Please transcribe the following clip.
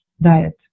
diet